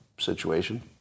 situation